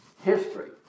history